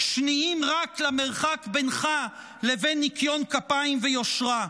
שניים רק למרחק בינך לבין ניקיון כפיים ויושרה.